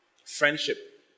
Friendship